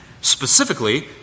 specifically